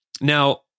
Now